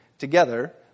together